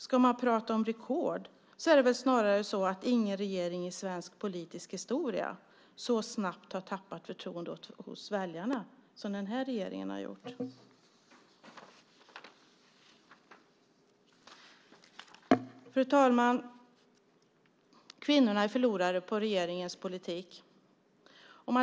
Ska man tala om rekord är det väl snarare så att ingen regering i svensk politisk historia så snabbt har tappat förtroendet hos väljarna som den här regeringen har gjort. Fru talman! Kvinnorna är förlorare i regeringens politik.